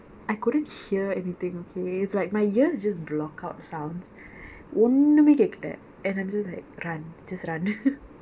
I couldn't hear anything okay it's like my ears just block out sounds ஒன்னுமே கேட்கலை:onnume kekkalai and I'm just like run just run